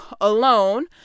alone